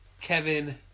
Kevin